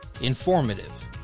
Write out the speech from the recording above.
Informative